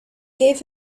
gave